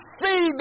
see